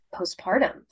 postpartum